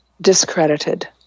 discredited